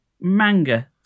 manga